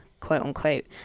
quote-unquote